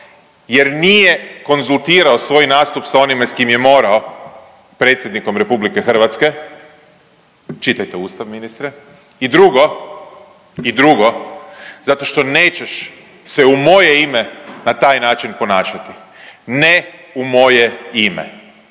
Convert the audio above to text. jer nije konzultirao svoj nastup sa onime sa kim je morao Predsjednikom republike Hrvatske, čitajte Ustav ministre. I drugo, zato što nećeš se u moje ime na taj način ponašati, ne u moje ime.